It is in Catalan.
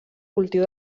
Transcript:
cultiu